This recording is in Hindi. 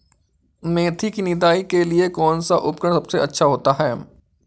मेथी की निदाई के लिए कौन सा उपकरण सबसे अच्छा होता है?